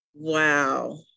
Wow